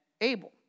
able